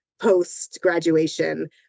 post-graduation